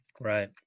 Right